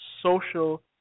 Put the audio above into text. social